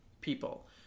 people